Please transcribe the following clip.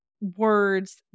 words